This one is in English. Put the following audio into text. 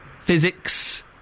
Physics